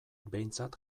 behintzat